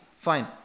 Fine